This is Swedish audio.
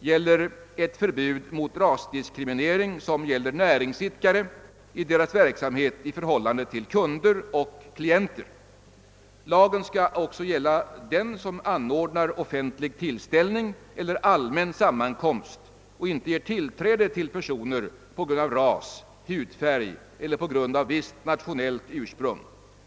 gäller förbud mot rasdiskriminering för näringsidkare i deras verksamhet och deras förhållande till kunder och klienter. Lagen skall också gäl Ja den som anordnar offentlig tillställning eller allmän sammankomst men inte ger tillträde för vissa personer på grund av ras, hudfärg eller visst nationellt ursprung.